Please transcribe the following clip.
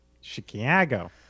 Chicago